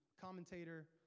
commentator